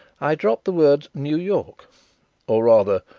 i dropped the words new york' or, rather,